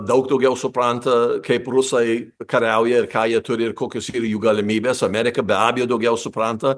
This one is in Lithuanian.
daug daugiau supranta kaip rusai kariauja ir ką jie turi ir kokios yr jų galimybės amerika be abejo daugiau supranta